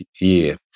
year